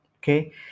Okay